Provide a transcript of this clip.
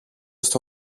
στο